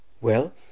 Well